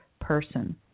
person